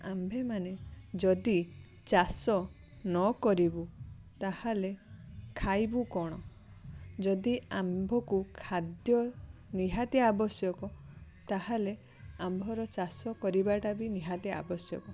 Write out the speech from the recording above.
ଆମ୍ଭେ ମାନେ ଯଦି ଚାଷ ନ କରିବୁ ତାହେଲେ ଖାଇବୁ କ'ଣ ଯଦି ଆମ୍ଭକୁ ଖାଦ୍ୟ ନିହାତି ଆବଶ୍ୟକ ତାହେଲେ ଆମ୍ଭର ଚାଷ କରିବା ଟା ବି ନିହାତି ଆବଶ୍ୟକ